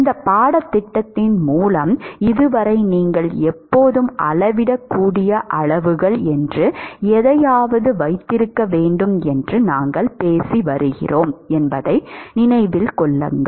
இந்த பாடத்திட்டத்தின் மூலம் இதுவரை நீங்கள் எப்போதும் அளவிடக்கூடிய அளவுகள் என்று எதையாவது வைத்திருக்க வேண்டும் என்று நாங்கள் பேசி வருகிறோம் என்பதை நினைவில் கொள்ளுங்கள்